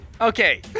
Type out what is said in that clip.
Okay